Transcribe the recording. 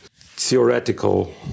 theoretical